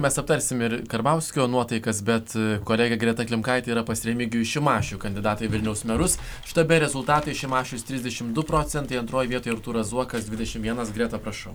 mes aptarsime ir karbauskio nuotaikas bet kolegė greta klimkaitė yra pas remigijų šimašių kandidatą į vilniaus merus štabe rezultatai šimašius trisdešimt du procentai antroje vietoj artūras zuokas dvidešimt du greta prašau